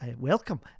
welcome